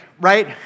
right